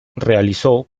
realizó